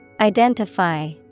Identify